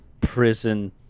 prison